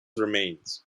remains